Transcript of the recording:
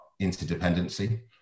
interdependency